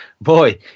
boy